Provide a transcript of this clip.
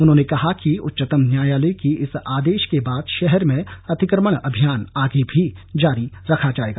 उन्होंने कहा कि उच्चतम न्यायालय के इस आदेश के बाद शहर में अतिक्रमण अभियान आगे भी जारी रखा जाएगा